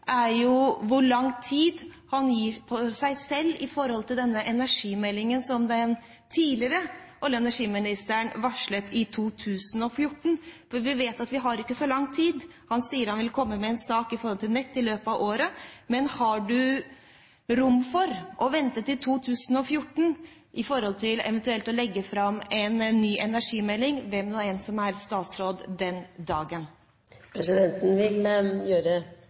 er: Hvor lang tid gir han seg selv med tanke på denne energimeldingen, som den tidligere olje- og energiministeren varslet i 2014? Vi vet at vi har ikke så lang tid. Han sier han vil komme med en sak om nett i løpet av året, men har du rom for å vente til 2014 med å legge fram en ny energimelding – hvem som nå enn er statsråd den dagen? Presidenten vil gjøre